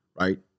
Right